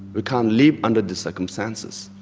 we can't live under these circumstances',